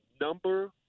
number